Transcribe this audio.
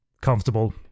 comfortable